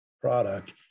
product